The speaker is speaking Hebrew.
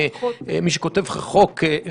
ראיתם לנכון לעגן את אותו הליך מעבר בחקיקה ראשית.